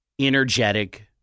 energetic